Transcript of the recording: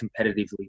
competitively